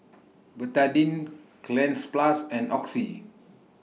Betadine Cleanz Plus and Oxy